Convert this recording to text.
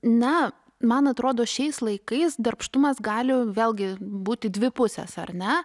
na man atrodo šiais laikais darbštumas gali vėlgi būti dvi pusės ar ne